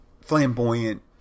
flamboyant